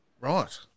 Right